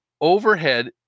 overhead